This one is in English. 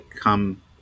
come